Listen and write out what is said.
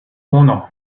uno